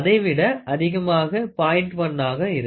1 ஆக இருக்கும்